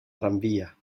tranvía